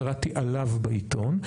קראתי עליו בעיתון.